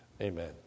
amen